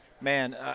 man